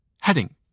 Heading